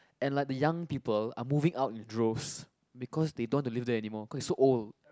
and like the young people are moving out in droves because they don't want to live there anymore cause is so old